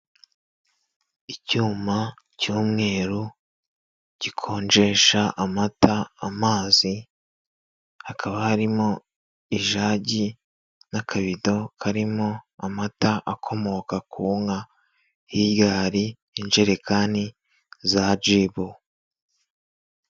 Icyuma cy'umweru gikonjesha amata, amazi, hakaba harimo ijagi n'akabido karimo amata akomoka ku nka, hirya hari injerekani za jibu.